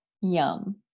Yum